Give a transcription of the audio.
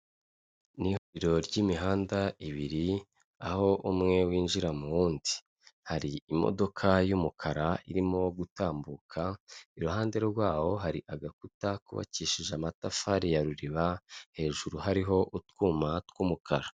NI ihuriro ry'imihanda ibiri, aho umwe winjira mu wundi. Hari imodoka y'umukara irimo gutambuka, iruhande rwawo hari agakuta kubabakishije amatafari ya ruriba, hejuru hariho utwuma tw'umukara.